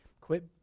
quit